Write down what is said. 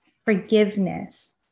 forgiveness